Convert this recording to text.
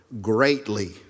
greatly